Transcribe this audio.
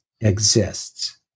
exists